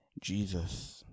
Jesus